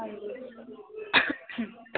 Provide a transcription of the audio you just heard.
ਹਾਂਜੀ